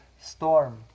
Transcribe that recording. storm